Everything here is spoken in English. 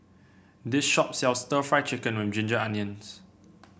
this shop sells stir Fry Chicken with Ginger Onions